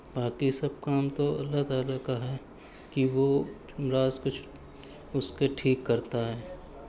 باقی سب کام تو اللہ تعالیٰ کا ہے کہ وہ امراض کو اس کے ٹھیک کرتا ہے